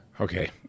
Okay